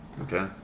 Okay